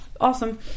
awesome